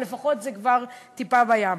אבל לפחות זה כבר טיפה בים.